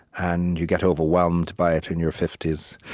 and you get overwhelmed by it in your fifty s.